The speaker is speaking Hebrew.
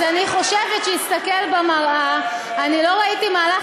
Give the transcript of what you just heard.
אז אני חושבת שיסתכל במראה: לא ראיתי מהלך